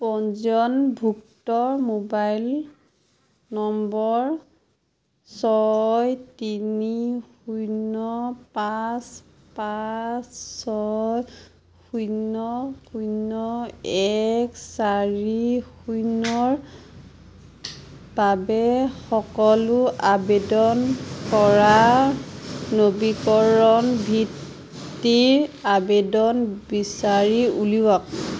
পঞ্জীয়নভুক্ত mobile number ছয় তিনি শূন্য পাঁচ পাঁচ ছয় শূন্য শূন্য এক চাৰি শূন্যৰ বাবে সকলো আবেদন কৰা নবীকৰণ বৃত্তিৰ আবেদন বিচাৰি উলিয়াওক